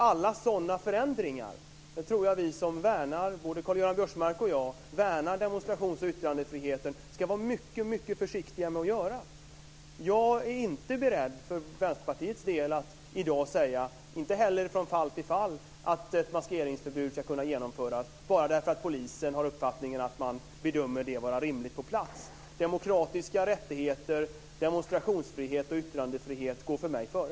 Alla sådana förändringar tror jag att alla vi, både Karl-Göran Biörsmark och jag, som värnar demonstrations och yttrandefriheten ska vara mycket försiktiga med att göra. Jag är inte beredd att för Vänsterpartiets del i dag säga att ett maskeringsförbud ska kunna genomföras, inte heller från fall till fall, bara därför att polisen har uppfattningen att man bedömer det vara rimligt på plats. Demokratiska rättigheter, demonstrationsfrihet och yttrandefrihet går för mig före.